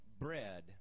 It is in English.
bread